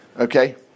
okay